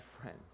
friends